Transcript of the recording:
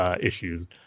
issues